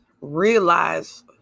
realize